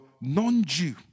non-Jew